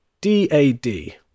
D-A-D